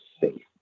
safe